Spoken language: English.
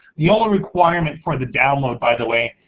the only requirement for the download, by the way,